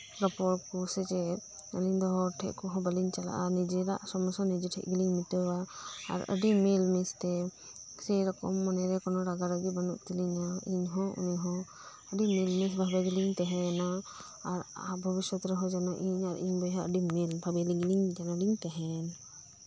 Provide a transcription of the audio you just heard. ᱨᱚᱯᱚᱲ ᱠᱚ ᱥᱮ ᱪᱮᱫ ᱟᱹᱞᱤᱧ ᱫᱚ ᱦᱚᱲ ᱴᱷᱮᱱ ᱵᱟᱹᱞᱤᱧ ᱪᱟᱞᱟᱜᱼᱟ ᱱᱤᱡᱮᱨᱟᱜ ᱥᱚᱢᱚᱥᱥᱟ ᱱᱤᱡᱮᱨ ᱴᱷᱮᱱ ᱜᱮᱞᱤᱧ ᱢᱤᱴᱟᱹᱣᱟ ᱟᱨ ᱟᱹᱰᱤ ᱢᱮᱞ ᱢᱤᱥᱛᱮ ᱥᱮᱨᱚᱠᱚᱢ ᱢᱚᱱᱮᱨᱮ ᱠᱳᱱᱳ ᱨᱟᱜᱟ ᱨᱟᱜᱤ ᱵᱟᱹᱱᱩᱜ ᱛᱟᱹᱞᱤᱧᱟ ᱤᱧᱦᱚᱸ ᱩᱱᱤᱦᱚᱸ ᱟᱹᱰᱤ ᱢᱤᱞᱢᱮᱥ ᱜᱮᱞᱤᱧ ᱛᱟᱦᱮᱱᱟ ᱟᱨ ᱵᱷᱚᱵᱤᱥᱚᱛ ᱨᱮᱦᱚᱸ ᱡᱮᱱᱚ ᱤᱧ ᱟᱨ ᱤᱧᱨᱮᱱ ᱵᱚᱭᱦᱟ ᱟᱹᱰᱤ ᱢᱤᱞ ᱵᱷᱟᱵᱮ ᱜᱮᱞᱤᱧ ᱛᱟᱦᱮᱱ